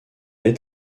est